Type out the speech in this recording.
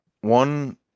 One